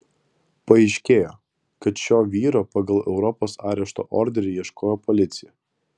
paaiškėjo kad šio vyro pagal europos arešto orderį ieškojo policija